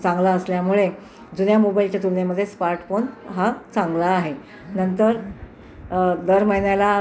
चांगला असल्यामुळे जुन्या मोबाईलच्या तुलनेमध्ये स्मार्टफोन हा चांगला आहे नंतर दर महिन्याला